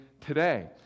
today